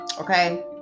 okay